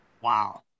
Wow